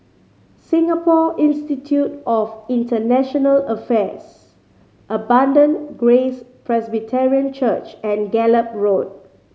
Singapore Institute of International Affairs Abundant Grace Presbyterian Church and Gallop Road